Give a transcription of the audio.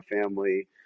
family